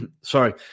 sorry